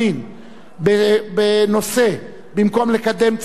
בנושא: במקום לקדם צדק חברתי,